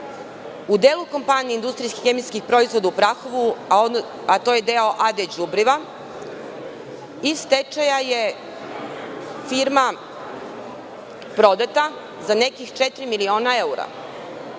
u delu kompanije „Industrija hemijskih proizvoda“ u Prahovu, a to je deo „AD Đubriva“ iz stečaja je firma prodata za nekih četiri miliona evra.